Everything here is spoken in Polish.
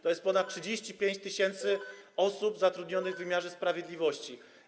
To jest ponad 35 tys. osób zatrudnionych w wymiarze sprawiedliwości.